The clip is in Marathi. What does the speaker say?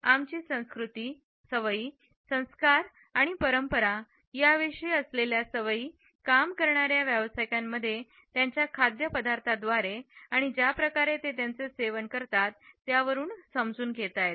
आमची संस्कृती सवयी संस्कार आणि परंपरा याविषयी असलेल्या सवयी काम करणाऱ्या व्यावसायिकांमध्ये त्यांच्या खाद्यपदार्थ द्वारे आणि ज्या प्रकारे ते त्याचे सेवन करतात यावरून समजून घेता येतात